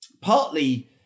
partly